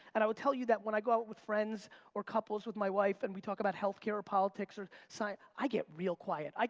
and i would tell you that when i go out with friends or couples with my wife, and we talk about healthcare, politics, politics, or science, i get real quiet. i,